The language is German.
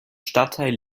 stadtteil